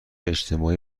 اجتماعی